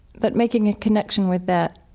but making a connection with that,